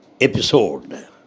episode